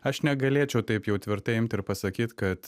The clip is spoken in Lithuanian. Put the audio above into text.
aš negalėčiau taip jau tvirtai imt ir pasakyt kad